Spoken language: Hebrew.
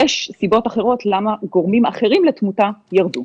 יש סיבות אחרות למה גורמים אחרים לתמותה ירדו.